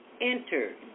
enter